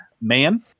man